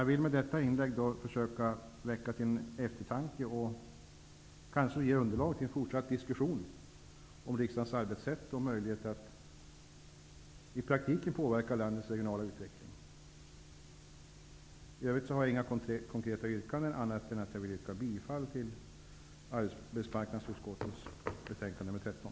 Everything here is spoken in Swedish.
Jag vill med detta inlägg försöka väcka till eftertanke och kanske ge underlag till fortsatt diskussion om riksdagens arbetssätt och möjligheter att i praktiken påverka landets regionala utveckling. Jag har inget annat konkret yrkande än bifall till arbetsmarknadsutskottets hemställan i betänkandet nr 13.